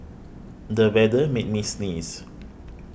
the weather made me sneeze